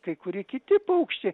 kai kurie kiti paukščiai